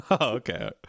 Okay